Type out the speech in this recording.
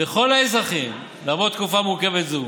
לכל האזרחים, למרות תקופה מורכבת זו,